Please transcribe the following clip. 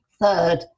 third